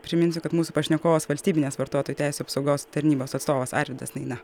priminsiu kad mūsų pašnekovas valstybinės vartotojų teisių apsaugos tarnybos atstovas arvydas naina